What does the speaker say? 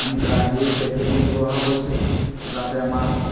আমি তাৰ সেই টেবলেটো ব্যৱহাৰ কৰিছোঁ যাতে আমাৰ